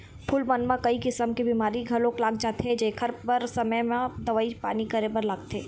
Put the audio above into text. फूल मन म कइ किसम के बेमारी घलोक लाग जाथे जेखर बर समे म दवई पानी करे बर लागथे